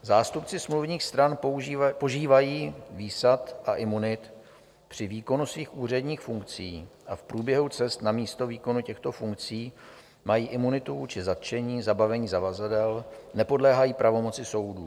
Zástupci smluvních stran požívají výsad a imunit při výkonu svých úředních funkcí a v průběhu cest na místo výkonu těchto funkcí mají imunitu vůči zatčení, zabavení zavazadel, nepodléhají pravomoci soudů.